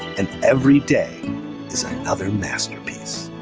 and every day is another masterpiece.